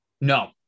No